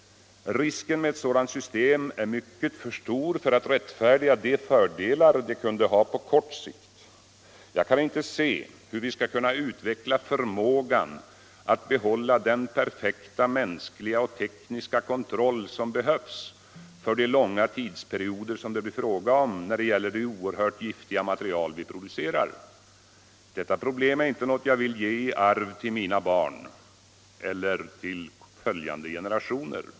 Risken med ett sådant system är mycket för stor för att rättfärdiga de fördelar det kunde ha på kort sikt. Jag kan inte se hur vi skall kunna utveckla förmågan att behålla den perfekta mänskliga och tekniska kontroll som behövs för de långa tidsperioder som det blir fråga om när det gäller de oerhört giftiga material vi producerar. Detta problem är inte något jag vill ge i arv till mina barn och till följande generationer.